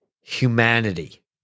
humanity